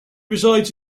resides